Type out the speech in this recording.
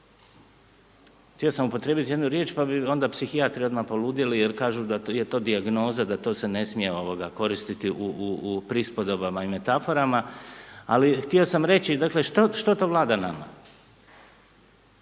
htio sam upotrijebiti jednu riječ pa bi onda psihijatri odmah poludjeli jer kažu da je to dijagnoza, da to se ne sije koristiti u prispodobama i metaforama, ali htio sam reći, dakle što to vlada nama?